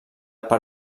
per